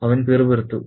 അവൻ പിറുപിറുത്തു